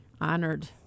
honored